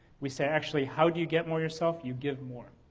we say actually how do you get more yourself? you give more.